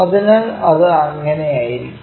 അതിനാൽ അത് അങ്ങനെയായിരിക്കും